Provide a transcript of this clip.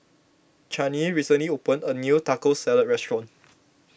Chanie recently opened a new Taco Salad restaurant